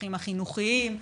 הצרכים החינוכיים,